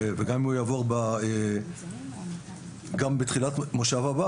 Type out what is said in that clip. וגם אם הוא יעבור בתחילת המושב הבא,